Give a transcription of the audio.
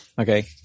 Okay